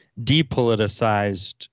depoliticized